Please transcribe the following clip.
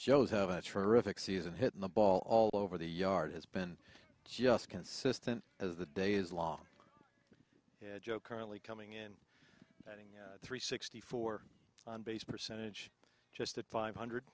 joe's have a terrific season hitting the ball all over the yard has been just consistent as the day is long joe currently coming in at three sixty four on base percentage just at five hundred